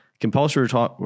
Compulsory